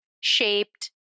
shaped